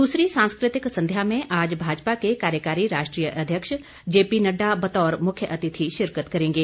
दूसरी सांस्कृतिक संध्या में आज भाजपा के कार्यकारी राष्ट्रीय अध्यक्ष जेपी नड्डा बतौर मुख्यातिथि शिरकत करेंगे